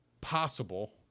Possible